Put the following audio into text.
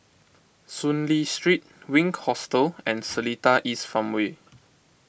Soon Lee Street Wink Hostel and Seletar East Farmway